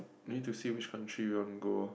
you need to see which country you want go